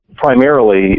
primarily